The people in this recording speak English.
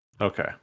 Okay